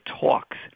talks